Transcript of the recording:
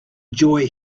joy